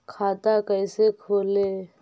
खाता कैसे खोले?